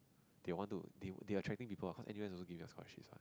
they want to they they are tracking people N_U_S also given scholarship